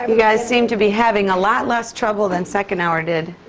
um you guys seem to be having a lot less trouble than second hour did,